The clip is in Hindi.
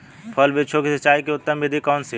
फल वृक्षों की सिंचाई की उत्तम विधि कौन सी है?